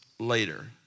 Later